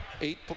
Eight